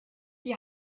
die